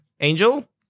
angel